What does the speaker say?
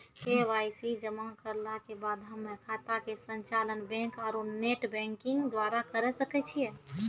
KYC जमा करला के बाद हम्मय खाता के संचालन बैक आरू नेटबैंकिंग द्वारा करे सकय छियै?